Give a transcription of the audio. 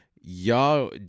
y'all